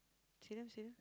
see them see them